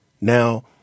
Now